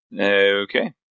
Okay